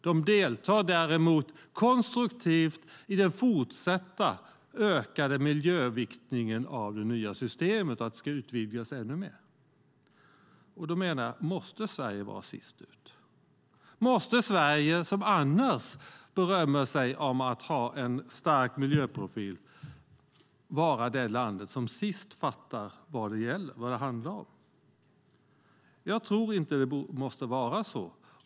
De deltar däremot konstruktivt i den fortsatta ökade miljöviktningen av det nya systemet och att det ska utvidgas ännu mer. Då menar jag: Måste Sverige vara sist ut? Måste Sverige, som annars berömmer sig av att ha en stark miljöprofil, vara det land som sist fattar vad det handlar om? Jag tror inte att det måste vara så.